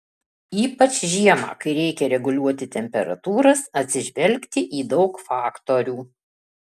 ypač žiemą kai reikia reguliuoti temperatūras atsižvelgti į daug faktorių